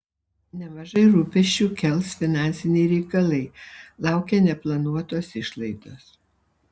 nemažai rūpesčių kels finansiniai reikalai laukia neplanuotos išlaidos